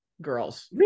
girls